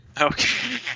Okay